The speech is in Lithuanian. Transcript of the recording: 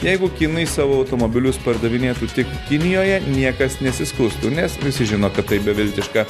jeigu kinai savo automobilius pardavinėtų tik kinijoje niekas nesiskųstų nes visi žino kad tai beviltiška